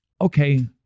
Okay